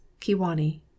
Kiwani